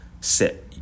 set